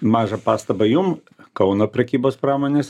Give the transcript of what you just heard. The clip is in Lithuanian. maža pastabą jum kauno prekybos pramonės